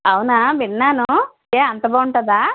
అవునా విన్నాను ఏ అంత బాగుంటుందా